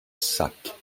sacs